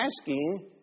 asking